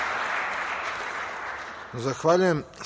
Zahvaljujem